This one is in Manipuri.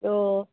ꯑꯣ